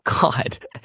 God